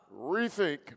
Rethink